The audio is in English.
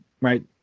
right